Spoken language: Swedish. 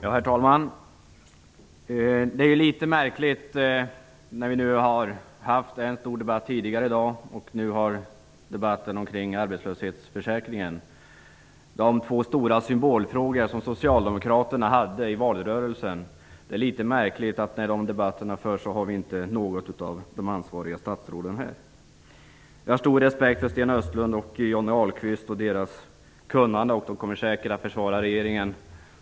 Herr talman! Mot bakgrund av att vi tidigare i dag haft en stor debatt och vi nu debatterar arbetslöshetsförsäkringen - socialdemokraternas två stora symbolfrågor i valrörelsen - är det litet märkligt att inte något av de ansvariga statsråden är här. Jag har stor respekt för Sten Östlund och Johnny Ahlqvist och deras kunnande. De kommer säkert att försvara regeringen.